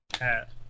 hat